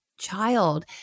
child